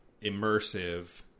immersive